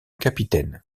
capitaine